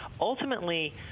ultimately